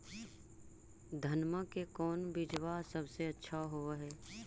धनमा के कौन बिजबा सबसे अच्छा होव है?